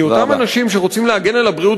כי אותם אנשים שרוצים להגן על הבריאות